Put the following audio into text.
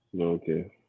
Okay